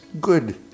good